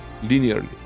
linearly